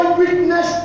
witness